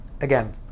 again